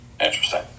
Interesting